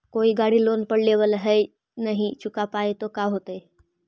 कोई गाड़ी लोन पर लेबल है नही चुका पाए तो का होतई?